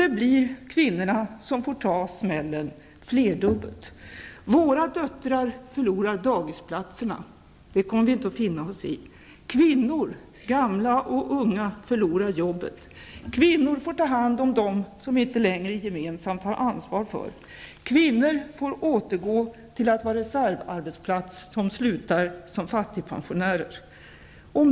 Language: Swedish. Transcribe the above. Det blir kvinnorna som får ta smällen flerdubbelt. Våra döttrar förlorar dagisplatserna -- det kommer vi inte att finna oss i. Kvinnor, gamla och unga, förlorar jobben. Kvinnor får ta hand om dem som vi inte längre har gemensamt ansvar för. Kvinnor får återgå till att vara reservarbetsplats och sluta som fattigpensionärer.